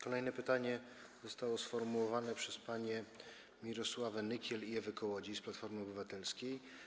Kolejne pytanie zostało sformułowane przez panie poseł Mirosławę Nykiel i Ewę Kołodziej z Platformy Obywatelskiej.